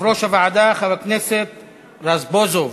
יושב-ראש הוועדה, חבר הכנסת רזבוזוב,